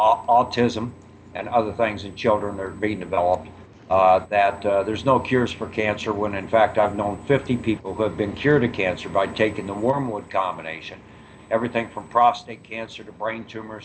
autism and other things that children are being developed that there's no cures for cancer when in fact i've known fifty people who have been cured of cancer by taking the wormwood combination everything from prostate cancer to brain tumor